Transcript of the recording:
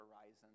horizon